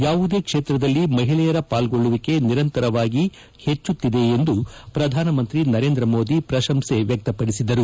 ಯಾವುದೇ ಕ್ಷೇತ್ರದಲ್ಲಿ ಮಹಿಳೆಯರ ಪಾಲ್ಗೊಳ್ಳುವಿಕೆ ನಿರಂತರವಾಗಿ ಹೆಚ್ಚುತ್ತಿದೆ ಎಂದು ಪ್ರಧಾನಮಂತ್ರಿ ನರೇಂದ್ರ ಮೋದಿ ಪ್ರಶಂಸೆ ವ್ಚಕ್ತಪಡಿಸಿದರು